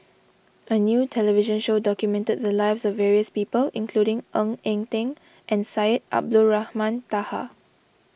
a new television show documented the lives of various people including Ng Eng Teng and Syed Abdulrahman Taha